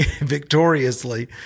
victoriously